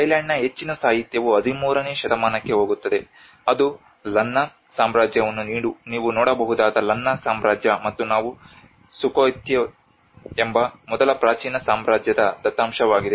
ಥೈಲ್ಯಾಂಡ್ನ ಹೆಚ್ಚಿನ ಸಾಹಿತ್ಯವು 13 ನೇ ಶತಮಾನಕ್ಕೆ ಹೋಗುತ್ತದೆ ಅದು ಲನ್ನಾ ಸಾಮ್ರಾಜ್ಯವನ್ನು ನೀವು ನೋಡಬಹುದಾದ ಲನ್ನಾ ಸಾಮ್ರಾಜ್ಯ ಮತ್ತು ನಾವು ಸುಖೋಥೈ ಎಂಬ ಮೊದಲ ಪ್ರಾಚೀನ ಸಾಮ್ರಾಜ್ಯದ ದತ್ತಾಂಶವಾಗಿದೆ